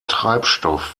treibstoff